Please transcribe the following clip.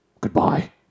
Goodbye